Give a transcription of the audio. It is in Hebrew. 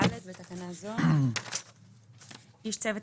(ד) בתקנה זו - "איש צוות",